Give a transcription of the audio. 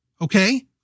Okay